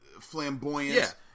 flamboyant